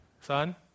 Son